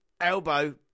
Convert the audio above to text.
elbow